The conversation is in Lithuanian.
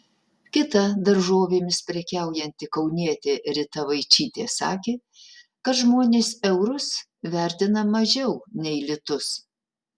kita daržovėmis prekiaujanti kaunietė rita vaičytė sakė kad žmonės eurus vertina mažiau nei litus